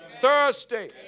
Thursday